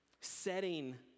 setting